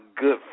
good